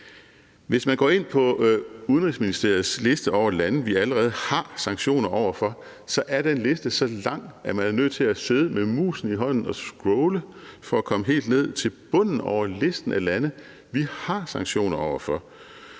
Hvis man går ind på Udenrigsministeriets liste over lande, vi allerede har sanktioner over for, så er den liste så lang, at man er nødt til at sidde med musen i hånden og scrolle for at komme helt ned til bunden af listen, og i alle de tilfælde, hvor vi har sanktioner over for